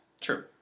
True